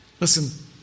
Listen